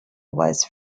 was